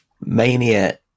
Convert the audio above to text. mania